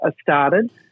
started